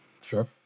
Sure